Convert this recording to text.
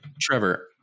Trevor